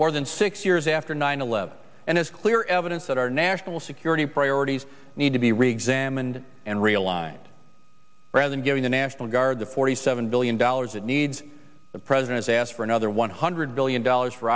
more than six years after nine eleven and it's clear evidence that our national security priorities need to be re examined and realigned rather than giving the national guard the forty seven billion dollars it needs the president has asked for another one hundred billion dollars for